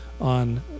on